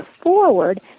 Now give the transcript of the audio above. forward